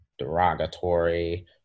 derogatory